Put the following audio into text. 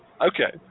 Okay